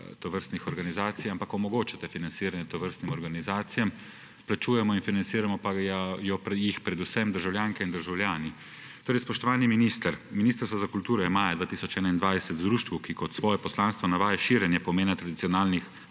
tovrstnih organizacij, ampak omogočate financiranjetovrstnih organizacijam. Plačujemo in financiramo pa jih predvsem državljanke in državljani Spoštovani minister! Ministrstvo za kulturo je maja 2021 društvu, ki kot svoje poslanstvo navaja širjenje pomena tradicionalnih